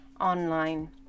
online